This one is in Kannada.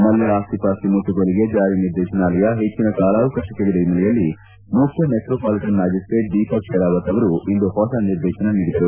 ಮಲ್ಲ ಆಸ್ತಿಪಾಸ್ತಿ ಮುಟ್ಲುಗೋಲಿಗೆ ಜಾರಿ ನಿರ್ದೇತನಾಲಯ ಪೆಟ್ಲನ ಕಾಲಾವಕಾಶ ಕೇಳದ ಹಿನ್ನೆಲೆಯಲ್ಲಿ ಮುಖ್ಯ ಮೆಟ್ರೋಪಾಲಿಟನ್ ಮ್ನಾಜಿಸ್ಸೇಟ್ ದೀಪಕ್ ಶೆರಾವತ್ ಅವರು ಇಂದು ಹೊಸ ನಿದೇತನ ನೀಡಿದರು